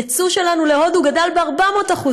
והייצוא שלנו להודו גדל ב-400%.